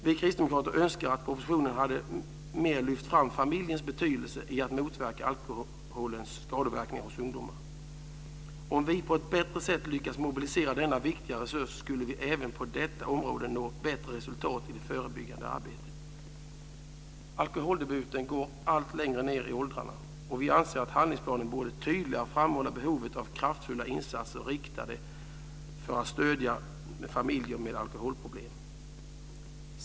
Vi kristdemokrater önskar att man i propositionen hade mer lyft fram familjens betydelse i att motverka ungdomars alkoholvanor. Om vi på ett bättre sätt lyckas mobilisera denna viktiga resurs skulle vi även på detta område nå bättre resultat i det förebyggande arbetet. Alkoholdebuten går allt längre ned i åldrarna, och vi anser att handlingsplanen borde tydligare framhålla behovet av kraftfulla insatser riktade mot att stödja familjer med alkoholproblem.